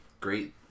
great